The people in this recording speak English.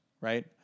right